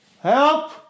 help